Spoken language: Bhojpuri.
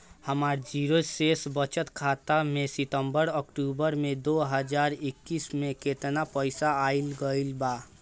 हमार जीरो शेष बचत खाता में सितंबर से अक्तूबर में दो हज़ार इक्कीस में केतना पइसा आइल गइल बा?